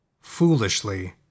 foolishly